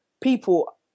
people